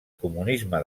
comunisme